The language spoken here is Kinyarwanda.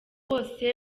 bose